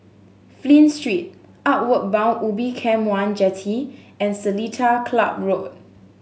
Flint Street Outward Bound Ubin Camp One Jetty and Seletar Club Road